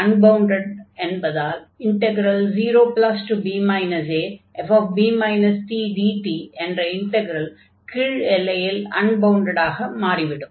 fb unbounded என்பதால் 0b afb t dt என்ற integral கீழ் எல்லையில் அன்பவுண்டடாக மாறிவிடும்